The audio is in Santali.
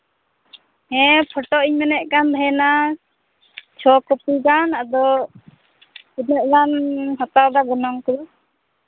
ᱦᱮᱸ ᱯᱷᱳᱴᱳ ᱤᱧ ᱢᱮᱱᱮᱫ ᱠᱟᱱ ᱛᱟᱦᱮᱱᱟ ᱪᱷᱚ ᱠᱚᱯᱤ ᱜᱟᱱ ᱟᱫᱚ ᱛᱤᱱᱟᱹᱜ ᱜᱟᱱ ᱦᱟᱛᱟᱣᱮᱫᱟ ᱜᱚᱱᱚᱝ ᱠᱚ